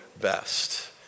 best